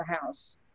house